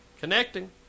connecting